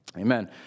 Amen